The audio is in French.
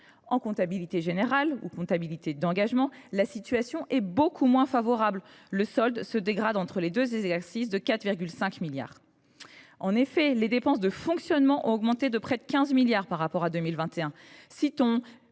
En comptabilité générale, ou comptabilité d’engagement, la situation est beaucoup moins favorable. Le solde se dégrade, entre les deux exercices, de 4,5 milliards d’euros. En effet, les dépenses de fonctionnement ont augmenté de près de 15 milliards d’euros par rapport à 2021. Citons